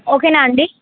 ఓకేనా అండి